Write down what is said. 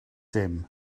dim